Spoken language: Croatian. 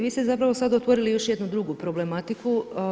Vi ste zapravo sad otvorili još jednu drugu problematiku.